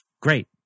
great